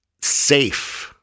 safe